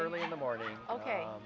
early in the morning ok